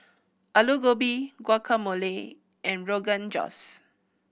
Alu Gobi Guacamole and Rogan Josh